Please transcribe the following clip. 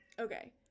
Okay